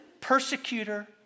persecutor